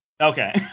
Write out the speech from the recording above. okay